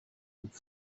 with